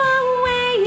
away